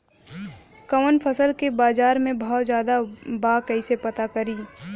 कवना फसल के बाजार में भाव ज्यादा बा कैसे पता करि?